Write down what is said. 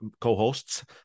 co-hosts